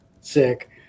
sick